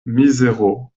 mizero